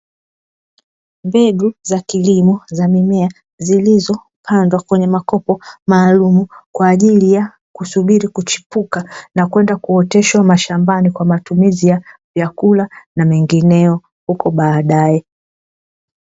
Mbegu za kilimo za mimea zilizopandwa kwenye makopo maalumu, kwa ajili ya kusubiri kuchipuka na kwenda kuoteshwa mashambani kwa matumizi ya vyakula na mengineyo, huko baadaye.